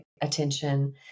attention